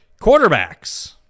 Quarterbacks